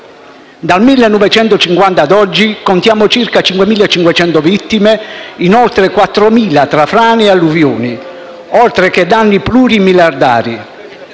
Dal 1950 ad oggi contiamo circa 5.500 vittime in oltre 4.000 tra frane e alluvioni, oltre che danni plurimiliardari.